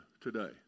today